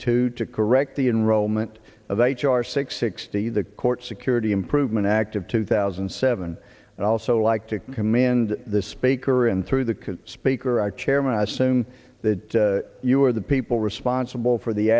two to correct the enrollment of h r six sixty the court security improvement act of two thousand and seven and i also like to command the speaker and through the speaker our chairman i assume that you are the people responsible for the